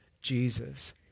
Jesus